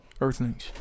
earthlings